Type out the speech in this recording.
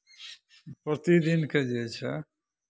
प्रतिदिनके जे छै